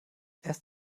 erst